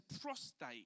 prostate